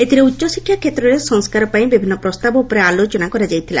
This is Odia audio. ଏଥିରେ ଉଚ୍ଚଶିକ୍ଷା କ୍ଷେତ୍ରରେ ସଂସ୍କାର ପାଇଁ ବିଭିନ୍ନ ପ୍ରସ୍ତାବ ଉପରେ ଆଲୋଚନା ହୋଇଛି